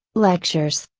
lectures,